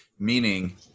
meaning